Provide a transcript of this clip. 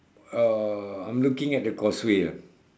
uh I'm looking at the causeway ah